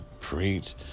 preach